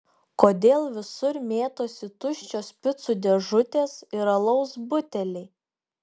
kodėl visur mėtosi tuščios picų dėžutės ir alaus buteliai